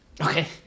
Okay